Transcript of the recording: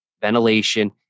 ventilation